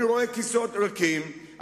אני רואה כיסאות ריקים,